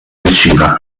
vicino